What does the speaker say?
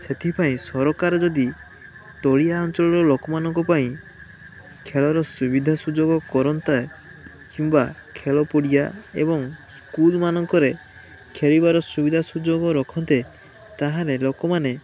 ସେଥିପାଇଁ ସରକାର ଯଦି ତଳିଆ ଅଞ୍ଚଳ ଲୋକମାନଙ୍କ ପାଇଁ ଖେଳର ସୁବିଧା ସୁଯୋଗ କରନ୍ତା କିମ୍ବା ଖେଳ ପଡ଼ିଆ ଏବଂ ସ୍କୁଲମାନଙ୍କରେ ଖେଳିବାର ସୁବିଧା ସୁଯୋଗ ରଖନ୍ତେ ତା'ହେଲେ ଲୋକମାନେ